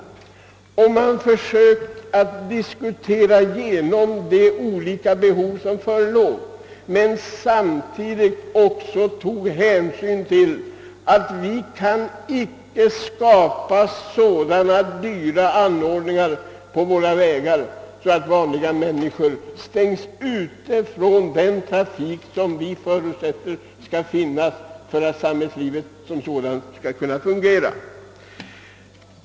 Om man hade diskuterat igenom trafikfrågorna med dem, skulle man ha funnit att det inte går att skapa så dyra anordningar i vår vägtrafik att vanliga människor stängs ute från de transporter som måste finnas för att samhällslivet skall fungera.